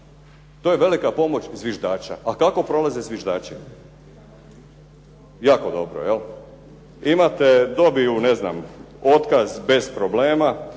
to je velika pomoć zviždača. A kako prolaze zviždači? Jako dobro 'jel. Imate dobiju otkaz ne znam bez problema,